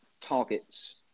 targets